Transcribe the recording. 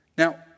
Now